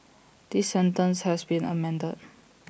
this sentence has been amended